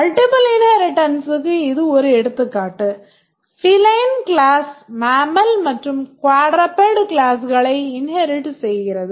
Multiple இன்ஹேரிட்டன்ஸ்க்கு இது ஒரு எடுத்துக்காட்டு feline கிளாஸ் mammal மற்றும் quadruped கிளாஸ்களை inherit செய்கிறது